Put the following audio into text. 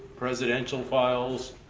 presidential files,